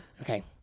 Okay